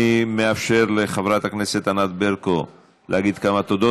אני מאפשר לחברת הכנסת ענת ברקו להגיד כמה תודות.